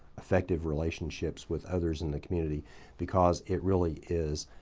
effective relationships with others in the community because it really is